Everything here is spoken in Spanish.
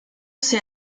ese